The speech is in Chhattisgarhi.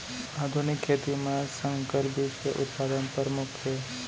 आधुनिक खेती मा संकर बीज के उत्पादन परमुख हे